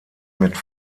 mit